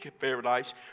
paradise